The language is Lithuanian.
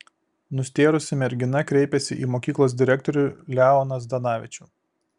nustėrusi mergina kreipėsi į mokyklos direktorių leoną zdanavičių